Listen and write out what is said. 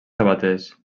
sabaters